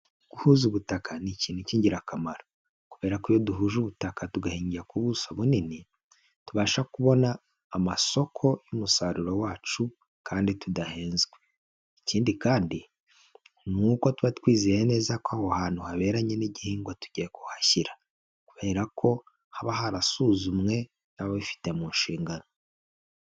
Guhuza ubutaka ni ikintu cy'ingirakamaro kubera ko iyo duhuje ubutaka tugahingira ku buso bunini, tubasha kubona amasoko y'umusaruro wacu kandi tudahenzwe, ikindi kandi ni uko tuba twizeye neza ko aho hantu haberanye n'igihingwa tugiye kuhashyira kubera ko haba harasuzumwe n'ababifite mu nshingano.